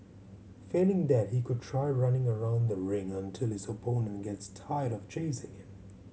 failing that he could try running around the ring until his opponent gets tired of chasing him